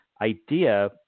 idea